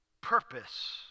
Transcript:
purpose